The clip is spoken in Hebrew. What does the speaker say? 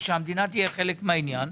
והמדינה תהיה חלק מהעניין.